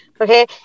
Okay